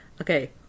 Okay